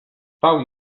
stał